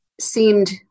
seemed